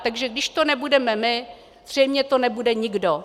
Takže když to nebudeme my, zřejmě to nebude nikdo.